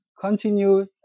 continue